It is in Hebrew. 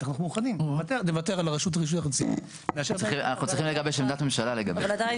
אנחנו צריכים לגבש עמדת ממשלה לגבי זה.